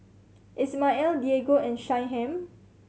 Ismael Diego and Shyheim